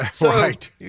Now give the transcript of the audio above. right